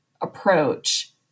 approach